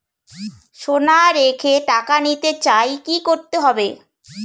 সোনা রেখে টাকা নিতে চাই কি করতে হবে?